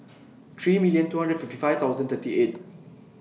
three million two hundred and fifty five thousand thirty eight